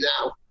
now